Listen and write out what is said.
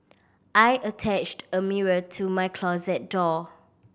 I attached a mirror to my closet door